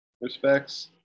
respects